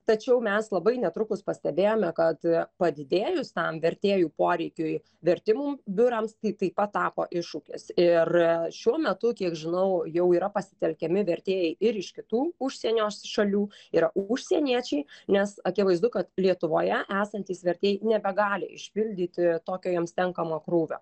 tačiau mes labai netrukus pastebėjome kad padidėjus tam vertėjų poreikiui vertimų biurams tai taip pat tapo iššūkis ir šiuo metu kiek žinau jau yra pasitelkiami vertėjai ir iš kitų užsienio šalių yra užsieniečiai nes akivaizdu kad lietuvoje esantys vertėjai nebegali išpildyti tokio jiems tenkamo krūvio